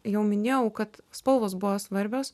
jau minėjau kad spalvos buvo svarbios